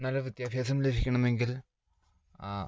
നല്ല വിദ്യാഭ്യാസം ലഭിക്കണമെങ്കിൽ